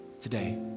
today